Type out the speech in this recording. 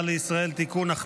(תיקון,